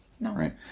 Right